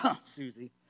Susie